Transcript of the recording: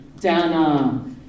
Dana